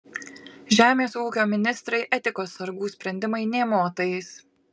žemės ūkio ministrei etikos sargų sprendimai nė motais